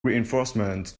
reinforcement